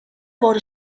wurde